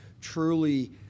truly